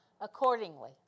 accordingly